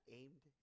aimed